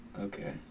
Okay